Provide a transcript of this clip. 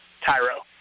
tyro